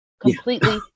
completely